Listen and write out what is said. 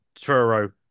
Truro